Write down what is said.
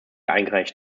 eingereicht